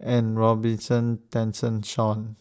and Robin Tessensohn